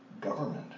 government